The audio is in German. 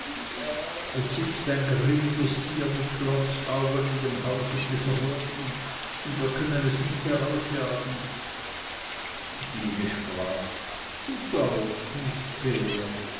es sitzt ein grimmiges tier mit glotzaugen in dem hause des roten und wir können es nicht herausjagen die biene sprach du dauerst mich bär